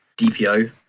DPO